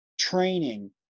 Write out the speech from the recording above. training